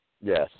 Yes